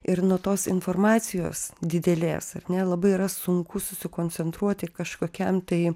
ir nuo tos informacijos didelės ar ne labai yra sunku susikoncentruoti kažkokiam tai